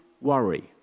worry